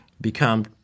become